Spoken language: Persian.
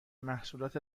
محصولات